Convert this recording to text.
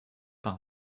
par